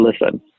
listen